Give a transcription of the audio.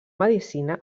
medicina